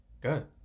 Good